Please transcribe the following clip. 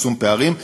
צמצום פערים,